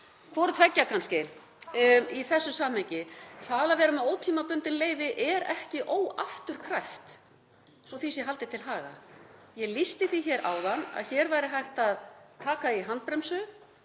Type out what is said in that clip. Hvort tveggja kannski í þessu samhengi. Það að vera með ótímabundið leyfi er ekki óafturkræft svo að því sé haldið til haga. Ég lýsti því áðan að hér væri hægt að taka í handbremsu.